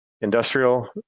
industrial